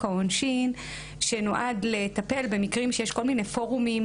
העונשין שנועד לטפל במקרים שיש כל מיני פורומים,